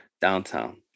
downtown